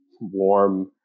warm